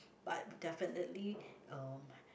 but definitely uh